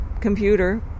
computer